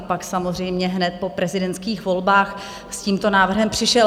Pak samozřejmě hned po prezidentských volbách s tímto návrhem přišel.